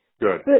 Good